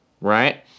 right